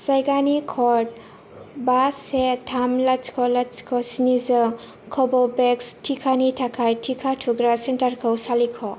जायगानि क'ड बा से थाम लाथिख' लाथिख' स्निजों कव'भेक्स टिकानि थाखाय टिका थुग्रा सेन्टारखौ सालिख'